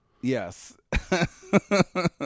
Yes